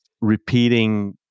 repeating